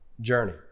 journey